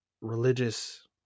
religious